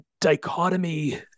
dichotomy